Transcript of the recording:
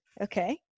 Okay